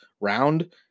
round